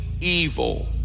evil